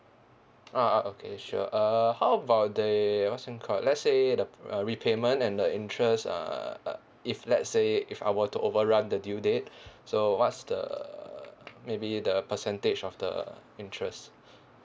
ah ah okay sure uh how about they what's that called let's say the uh repayment and the interests uh if let's say if I were to overrun the due date so what's the maybe the percentage of the interest